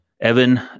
Evan